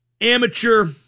amateur